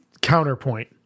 counterpoint